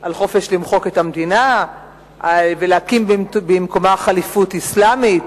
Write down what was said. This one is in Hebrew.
על החופש למחוק את המדינה ולהקים במקומה ח'ליפות אסלאמית.